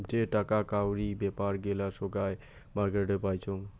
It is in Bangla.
যেটাকা কাউরি বেপার গিলা সোগায় মার্কেটে পাইচুঙ